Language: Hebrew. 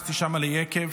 נכנסתי שם ליקב,